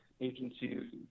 agency